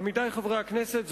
עמיתי חברי הכנסת,